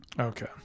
Okay